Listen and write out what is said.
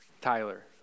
Tyler